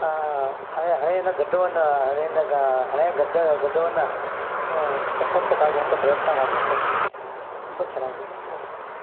ಹಣೆ ಹಣೆಯನ್ನು ಗದ್ದವನ್ನು ಹಣೆಯನ್ನು ಗ ಹಣೆಯ ಗದ್ದ ಗದ್ದವನ್ನು ಕಂಠಕ್ಕೆ ತಾಗುವಂಥ ಪ್ರಯತ್ನ ಮಾಡಬೇಕು ತುಂಬ ಚೆನ್ನಾಗಿದೆ ಅದು